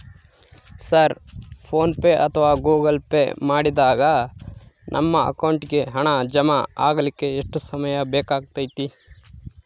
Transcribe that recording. Sir PhonePe ಅಥವಾ Google pay ಮಾಡಿದಾಗ ನಮ್ಮ ಅಕೌಂಟಿಗೆ ಹಣ ಜಮಾ ಆಗಲಿಕ್ಕೆ ಎಷ್ಟು ಸಮಯ ಬೇಕಾಗತೈತಿ?